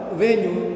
venue